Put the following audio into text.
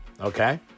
okay